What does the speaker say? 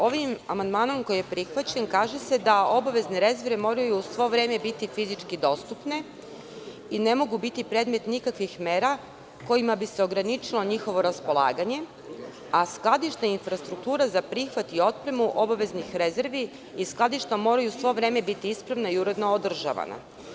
Ovim amandmanom, koji je prihvaćen, kaže se da obavezne rezerve moraju svo vreme biti fizički dostupne i ne mogu biti predmet nikakvih mera kojima bi se ograničilo njihovo raspolaganje, a skladište i infrastruktura za prihvat i otpremu obaveznih rezervi i skladišta moraju svo vreme biti ispravna i uredno održavana.